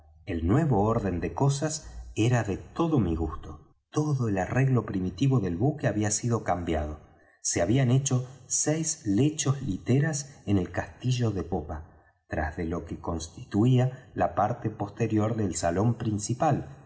el nuevo orden de cosas era de todo mi gusto todo el arreglo primitivo del buque había sido cambiado se habían hecho seis lechos literas en el castillo de popa tras de lo que constituía la parte posterior del salón principal